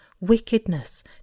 wickedness